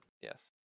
Yes